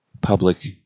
public